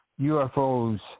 UFOs